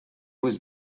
was